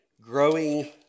Growing